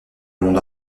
monde